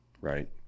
right